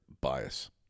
bias